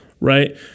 right